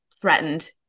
threatened